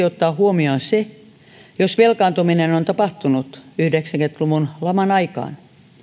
ottaa huomioon se jos velkaantuminen on tapahtunut yhdeksänkymmentä luvun laman aikaan